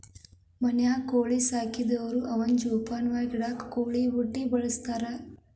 ಮನ್ಯಾಗ ಕೋಳಿ ಸಾಕದವ್ರು ಅವನ್ನ ಜೋಪಾನಲೆ ಇಡಾಕ ಕೋಳಿ ಬುಟ್ಟಿ ಬಳಸ್ತಾರ